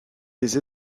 des